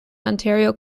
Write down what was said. ontario